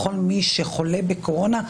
לכל מי שחולה בקורונה,